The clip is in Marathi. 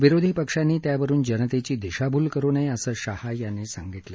विरोधी पक्षांनी त्यावरुन जनतेची दिशाभूल करु नये असं शहा यांनी सांगितलं